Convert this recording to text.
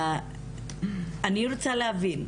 אני רוצה להבין,